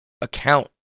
account